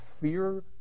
fear